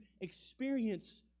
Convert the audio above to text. experience